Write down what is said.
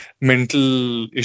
mental